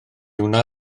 wna